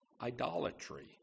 idolatry